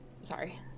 sorry